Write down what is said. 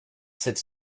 cette